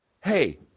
Hey